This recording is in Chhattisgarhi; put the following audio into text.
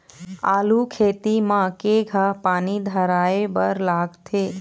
आलू खेती म केघा पानी धराए बर लागथे?